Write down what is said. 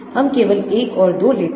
हम केवल एक और 2 लेते हैं